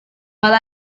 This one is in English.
while